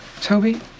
Toby